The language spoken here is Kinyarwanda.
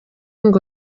ngo